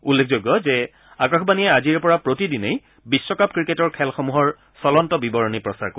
উল্লেখযোগ্য যে আকাশবাণীয়ে আজিৰে পৰা প্ৰতিদিনেই বিশ্বকাপ ক্ৰিকেটৰ খেলসমূহৰ চলন্ত বিৱৰণী প্ৰচাৰ কৰিব